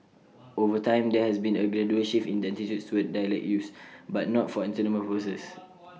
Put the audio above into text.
over time there has been A gradual shift in attitudes towards dialect use but not for entertainment purposes